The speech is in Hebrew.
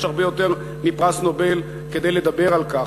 יש הרבה יותר מפרס נובל כדי לדבר על כך.